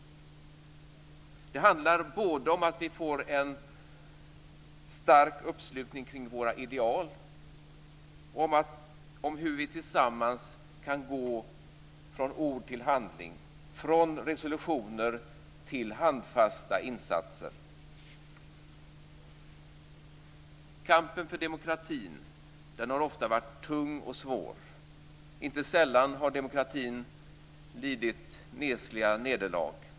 Det handlar både om att vi får en stark uppslutning kring våra ideal och om hur vi tillsammans kan gå från ord till handling, från resolutioner till handfasta insatser. Kampen för demokratin har ofta varit tung och svår. Inte sällan har demokratin lidit nesliga nederlag.